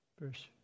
verse